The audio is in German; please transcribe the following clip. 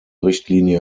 richtlinie